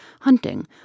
hunting